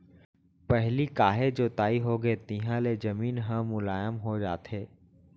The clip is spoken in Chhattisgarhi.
पहिली काहे जोताई होगे तिहाँ ले जमीन ह मुलायम हो जाथे